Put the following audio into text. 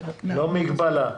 לא מגבלה.